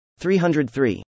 303